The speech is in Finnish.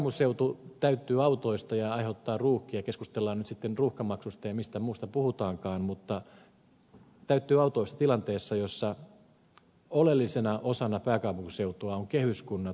pääkaupunkiseutu täyttyy autoista ja syntyy ruuhkia keskustellaan nyt sitten ruuhkamaksusta ja mistä muusta puhutaankaan mutta tiet täyttyvät autoista tilanteessa jossa oleellisena osana pääkaupunkiseutua ovat kehyskunnat